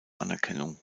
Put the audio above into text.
anerkennung